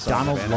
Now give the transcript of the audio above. Donald